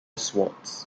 swartz